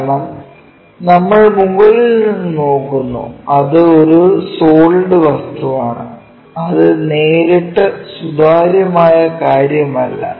കാരണം നമ്മൾ മുകളിൽ നിന്ന് നോക്കുന്നു അത് ഒരു സോളിഡ് വസ്തുവാണ് അത് നേരിട്ട് സുതാര്യമായ കാര്യമല്ല